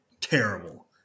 Terrible